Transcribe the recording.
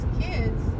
kids